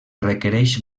requereix